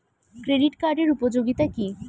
Credit কার্ডের উপযোগিতা কি?